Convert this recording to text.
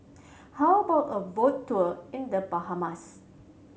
how about a boat tour in The Bahamas